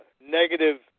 negative